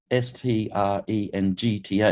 Strength